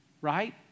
right